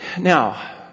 Now